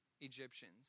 Egyptians